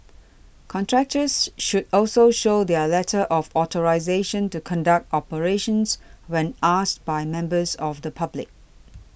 contractors should also show their letter of authorisation to conduct operations when asked by members of the public